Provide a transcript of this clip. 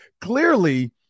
Clearly